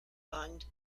fund